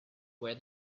where